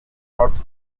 north